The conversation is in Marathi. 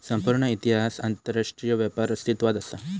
संपूर्ण इतिहासात आंतरराष्ट्रीय व्यापार अस्तित्वात असा